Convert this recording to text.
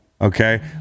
okay